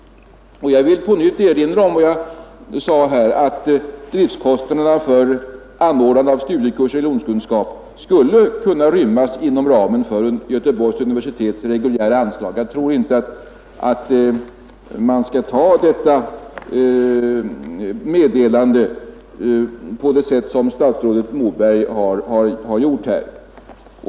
Jag vill på nytt erinra om vad jag här sade, nämligen att driftkostnaderna för anordnande av en studiekurs i religionskunskap skulle kunna rymmas inom ramen för Göteborgs universitets reguljära anslag. Jag tror inte att man skall uppfatta detta på det sätt som statsrådet Moberg här har gjort.